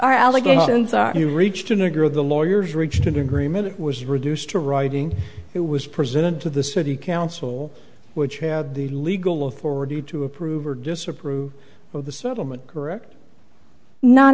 our allegations are he reached a nigger the lawyers reached an agreement it was reduced to writing it was presented to the city council which had the legal authority to approve or disapprove of the settlement correct not